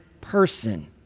person